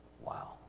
Wow